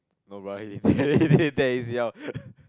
no bruh he didn't